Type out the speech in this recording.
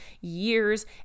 years